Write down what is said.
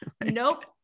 nope